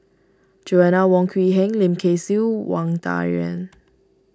Joanna Wong Quee Heng Lim Kay Siu Wang Dayuan